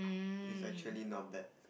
is actually not bad